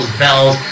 bells